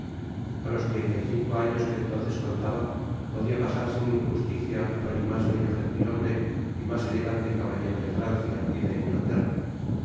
a los treinta y cinco años que entonces contaba podia pasar sin injusticia por el mas bello gentithombre y mas elegante caballero de francia y de inglaterra